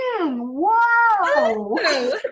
Wow